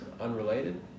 unrelated